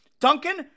Duncan